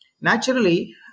naturally